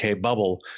bubble